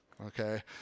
Okay